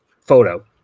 photo